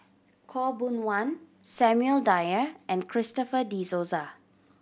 Khaw Boon Wan Samuel Dyer and Christopher De Souza